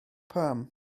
pam